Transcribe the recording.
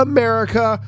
America